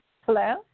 Hello